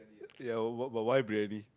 ya what what why brady